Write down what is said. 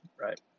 right